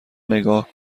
نگاه